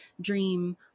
dream